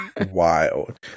Wild